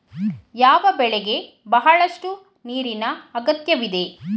ಯಾವ ಬೆಳೆಗೆ ಬಹಳಷ್ಟು ನೀರಿನ ಅಗತ್ಯವಿದೆ?